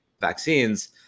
vaccines